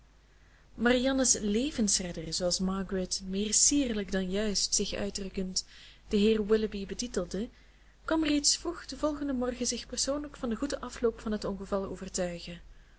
marianne's levensredder zooals margaret meer sierlijk dan juist zich uitdrukkend den heer willoughby betitelde kwam reeds vroeg den volgenden morgen zich persoonlijk van den goeden afloop van het ongeval overtuigen